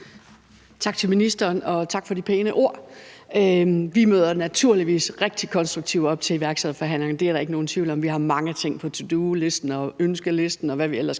Tak til ministeren, og tak for de pæne ord. Vi møder naturligvis rigtig konstruktive op til iværksætterforhandlinger; det er der ikke nogen tvivl om. Vi har mange ting på to do-listen og ønskelisten, og hvad vi ellers